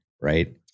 right